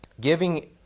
Giving